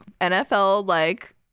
NFL-like